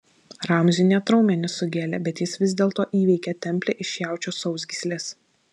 ramziui net raumenis sugėlė bet jis vis dėlto įveikė templę iš jaučio sausgyslės